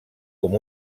com